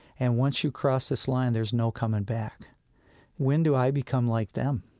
and once you cross this line, there's no coming back when do i become like them?